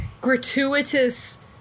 gratuitous